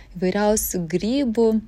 įvairiausių grybų